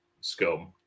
Scum